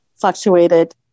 fluctuated